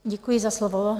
Děkuji za slovo.